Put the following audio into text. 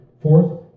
Fourth